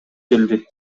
келди